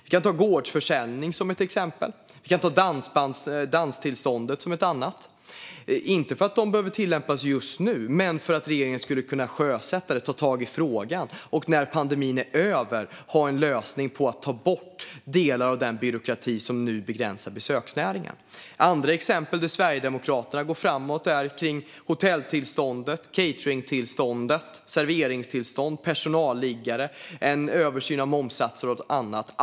Vi kan ta gårdsförsäljning som exempel på det här. Ett annat exempel är danstillstånd. Dessa behöver kanske inte tillämpas just nu, men regeringen skulle kunna ta tag i frågan och sjösätta dem. När pandemin är över skulle man ha en lösning för att ta bort delar av den byråkrati som nu begränsar besöksnäringen. Andra exempel, där Sverigedemokraterna går fram, handlar bland annat om hotelltillstånd, cateringtillstånd, serveringstillstånd, personalliggare och en översyn av momssatser.